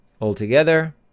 Altogether